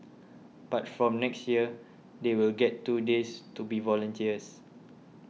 but from next year they will get two days to be volunteers